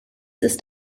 ist